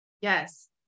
Yes